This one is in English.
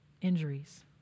injuries